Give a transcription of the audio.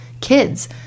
kids